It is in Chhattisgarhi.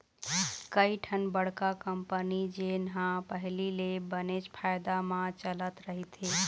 कइठन बड़का कंपनी जेन ह पहिली ले बनेच फायदा म चलत रहिथे